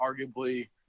arguably –